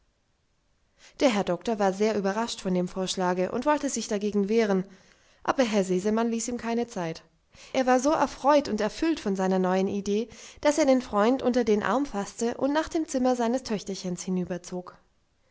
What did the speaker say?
der herr doktor war sehr überrascht von dem vorschlage und wollte sich dagegen wehren aber herr sesemann ließ ihm keine zeit er war so erfreut und erfüllt von seiner neuen idee daß er den freund unter den arm faßte und nach dem zimmer seines töchterchens